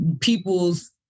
people's